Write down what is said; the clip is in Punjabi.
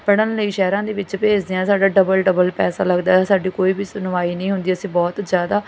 ਪੜ੍ਹਨ ਲਈ ਸ਼ਹਿਰਾਂ ਦੇ ਵਿੱਚ ਭੇਜਦੇ ਹਾਂ ਸਾਡਾ ਡਬਲ ਡਬਲ ਪੈਸਾ ਲੱਗਦਾ ਸਾਡੀ ਕੋਈ ਵੀ ਸੁਣਵਾਈ ਨਹੀਂ ਹੁੰਦੀ ਅਸੀਂ ਬਹੁਤ ਜ਼ਿਆਦਾ